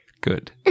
Good